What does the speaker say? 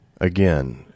Again